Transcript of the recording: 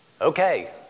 Okay